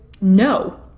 no